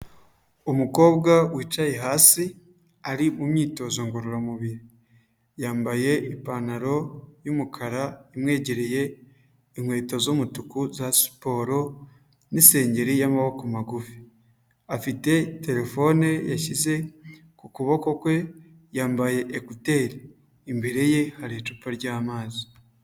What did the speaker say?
Umukobwa wicaye hasi, ari mu myitozo ngororamubiri yambaye ipantaro yumukara imwegereye inkweto z'umutuku za siporo n'insengeri ya'amaboko magufi, afite terefone yashyize ku kuboko kwe yambaye ekuteri. Imbere ye hari icupa ryamazi.